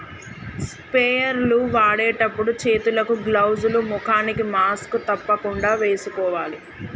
sprayer లు వాడేటప్పుడు చేతులకు గ్లౌజ్ లు, ముఖానికి మాస్క్ తప్పకుండా వేసుకోవాలి